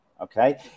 Okay